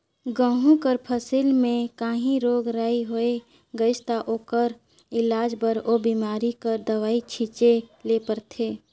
गहूँ कर फसिल में काहीं रोग राई होए गइस ता ओकर इलाज बर ओ बेमारी कर दवई छींचे ले परथे